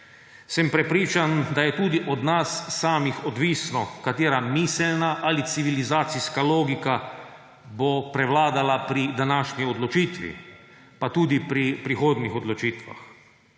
sem prepričan, da je tudi od nas samih odvisno, katera miselna ali civilizacijska logika bo prevladala pri današnji odločitvi, pa tudi pri prihodnjih odločitvah.